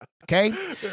Okay